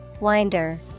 Winder